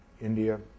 India